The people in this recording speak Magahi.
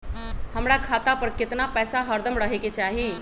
हमरा खाता पर केतना पैसा हरदम रहे के चाहि?